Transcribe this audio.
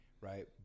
Right